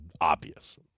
obvious